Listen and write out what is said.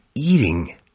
eating